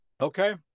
okay